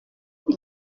ico